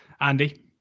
Andy